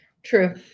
True